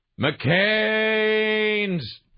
McCain's